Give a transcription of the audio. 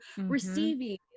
receiving